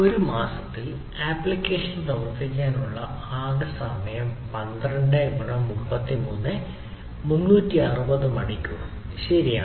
ഒരു മാസത്തിൽ ആപ്ലിക്കേഷൻ പ്രവർത്തിപ്പിക്കാനുള്ള ആകെ സമയം 12 ഗുണം 33 360 മണിക്കൂർ ശരിയാണ്